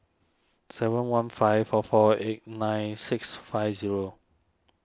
seven one five four four eight nine six five zero